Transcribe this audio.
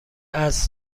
عصر